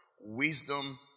wisdom